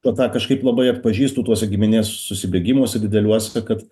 tą tą kažkaip labai atpažįstu tuose giminės susibėgimuose dideliuose kad